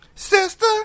Sister